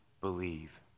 Believe